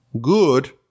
good